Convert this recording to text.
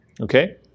okay